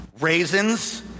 raisins